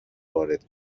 وارد